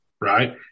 right